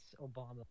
Obama